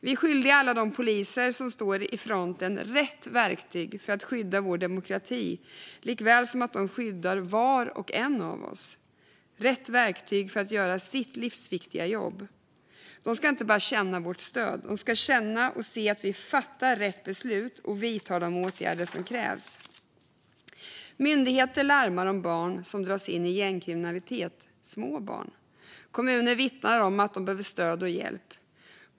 Vi är skyldiga alla de poliser som står i fronten rätt verktyg för att skydda vår demokrati på samma sätt som att de skyddar var och en av oss. De ska ha rätt verktyg för att göra sitt livsviktiga jobb. De ska inte bara känna vårt stöd, utan de ska känna och se att vi fattar rätt beslut och vidtar de åtgärder som krävs. Myndigheter larmar om barn som dras in i gängkriminalitet - små barn. Kommuner vittnar om att de behöver stöd och hjälp.